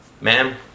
ma'am